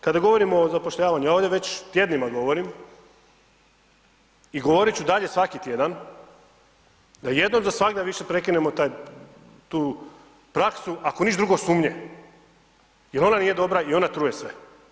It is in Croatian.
Kada govorimo o zapošljavanju, ja ovdje već tjednima govorim i govorit ću dalje svaki tjedan da jednom za svagda više prekinemo tu praksu, ako ništa drugo sumnje, jel ona nije dobra i ona truje sve.